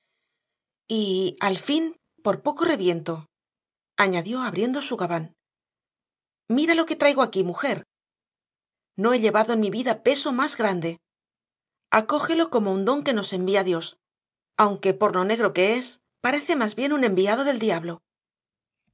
y al fin por poco reviento añadió abriendo su gabán mira lo que traigo aquí mujer no he llevado en mi vida peso más grande acógelo como un don que nos envía dios aunque por lo negro que es parece más bien un enviado del diablo